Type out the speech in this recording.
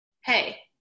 Hey